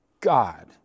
God